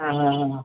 ಹಾಂ ಹಾಂ ಹಾಂ ಹಾಂ